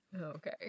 Okay